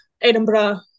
Edinburgh